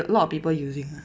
a lot of people using